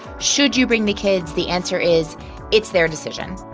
should you bring the kids? the answer is it's their decision.